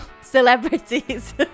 celebrities